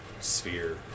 sphere